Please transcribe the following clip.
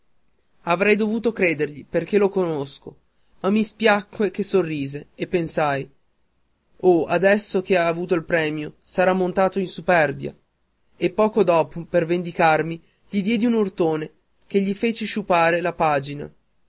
avrei dovuto credergli perché lo conosco ma mi spiacque che sorridesse e pensai oh adesso che ha avuto il premio sarà montato in superbia e poco dopo per vendicarmi gli diedi un urtone che gli fece sciupare la pagina